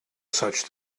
such